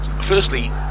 firstly